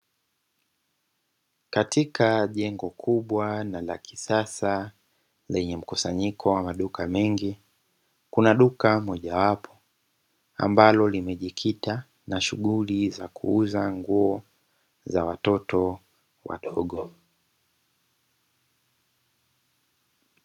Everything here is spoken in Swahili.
Katika jengo kubwa na la kisasa lenye mkusanyiko wa maduka mengi, kuna duka mojawapo ambalo limejikita na shughuli za kuuza nguo za watoto wadogo.